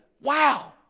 Wow